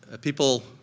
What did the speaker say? people